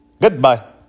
Goodbye